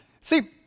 See